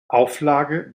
auflage